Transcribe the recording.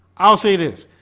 i'll say this